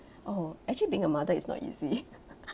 oh actually being a mother is not easy